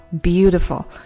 beautiful